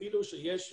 אפילו שיש מוסדות,